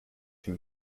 him